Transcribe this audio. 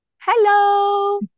Hello